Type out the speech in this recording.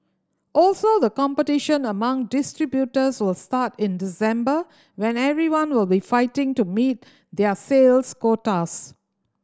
also the competition among distributors will start in December when everyone will be fighting to meet their sales quotas